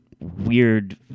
weird